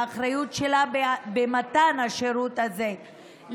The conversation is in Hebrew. והאחריות שלה על מתן השירות הזה,